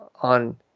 on